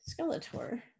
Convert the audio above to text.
Skeletor